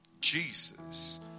Jesus